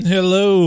Hello